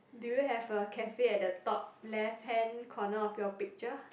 do you have a cafe at the top left hand corner of your picture